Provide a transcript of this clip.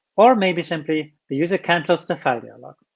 or maybe simply, the user cancels the file dialog.